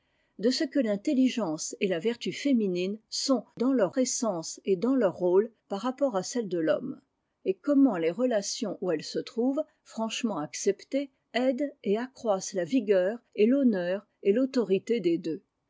de ce que l'intelligence et la vertu féminines sont dans leur essence et dans leur rôle par rapport à celles de l'homme et comment les relations où elles se trouvent franchement acceptées aident et accroissent la vigueur et l'honneur et l'autorité des deux